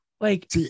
Like-